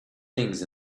things